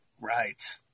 Right